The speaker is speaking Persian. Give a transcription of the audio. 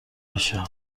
بشه